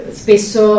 spesso